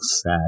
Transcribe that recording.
sad